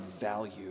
value